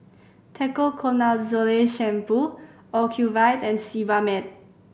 Ketoconazole Shampoo Ocuvite and Sebamed